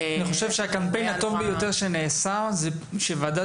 אני חושב שהקמפיין הטוב ביותר שנעשה זה שוועדת